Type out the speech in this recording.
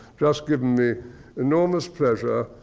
just given me enormous pleasure,